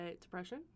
depression